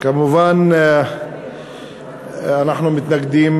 כמובן שאנחנו מתנגדים